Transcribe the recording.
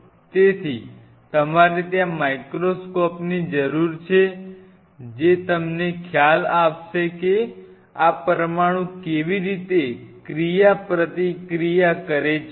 તેથી તમારે ત્યાં માઇક્રોસ્કોપની જરૂર છે જે તમને ખ્યાલ આપશે કે આ પરમાણુ કેવી રીતે ક્રિયાપ્રતિક્રિયા કરે છે